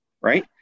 right